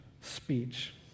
speech